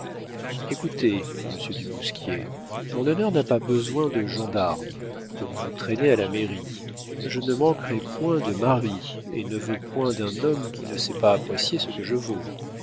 écoutez monsieur du bousquier mon honneur n'a pas besoin de gendarmes pour vous traîner à la mairie je ne manquerai point de maris et ne veux point d'un homme qui ne sait pas apprécier ce que je vaux